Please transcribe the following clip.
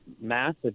massive